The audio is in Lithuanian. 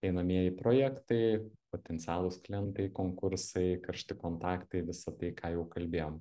einamieji projektai potencialūs klientai konkursai karšti kontaktai visa tai ką jau kalbėjom